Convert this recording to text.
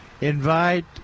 invite